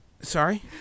Sorry